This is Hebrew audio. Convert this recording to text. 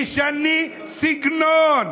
תשני סגנון.